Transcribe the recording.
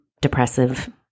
depressive